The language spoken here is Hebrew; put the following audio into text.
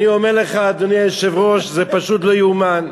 אני אומר לך, אדוני היושב-ראש, זה פשוט לא יאומן.